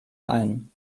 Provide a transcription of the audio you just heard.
ein